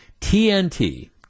TNT